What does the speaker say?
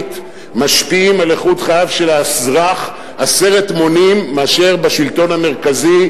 משפיעות על איכות חייו של האזרח עשרת מונים מאשר בשלטון המרכזי,